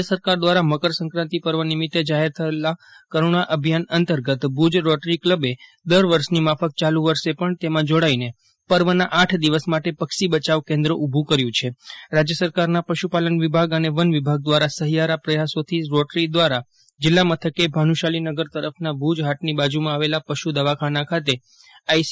રાજ્ય સરકાર દ્વારા મકરસંકાતિ પર્વ નિમિત્ત જાહેર થયેલા કડુણા અભિયાન અંતર્ગત ભુજ રોટરી ક્લબે દર વર્ષની માફક યાલુ વર્ષે પણ તેમાં જોડાઈને પર્વના આઠ દિવસ માટે પક્ષી બચાવ કેન્દ્ર ઊભું કર્યું છે રાજ્ય સરકારના પશુ પાલન વિભાગ અને વન વિભાગ સાથેના સહિયારા પ્રથાસોથી રોટરી દ્વારા જિલ્લા મથકે ભાનુ શાલીનગર તરફના ભુજ હાટની બાજુમાં આવેલા પશુ દવાખાના ખાતે આઈસી